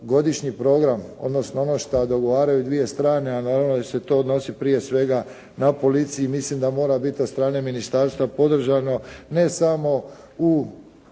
godišnji program odnosno ono što dogovaraju dvije strane a naravno da će se to odnositi prije svega na policiji mislim da mora biti od strane Ministarstva podržano ne samo u